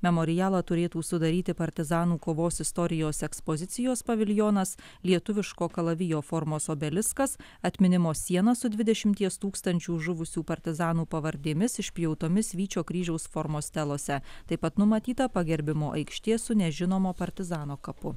memorialą turėtų sudaryti partizanų kovos istorijos ekspozicijos paviljonas lietuviško kalavijo formos obeliskas atminimo siena su dvidešimties tūkstančių žuvusių partizanų pavardėmis išpjautomis vyčio kryžiaus formos stelose taip pat numatyta pagerbimo aikštė su nežinomo partizano kapu